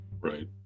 right